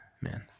man